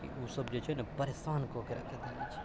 कि ओसभ जे छै ने परेशान कएके राखे छै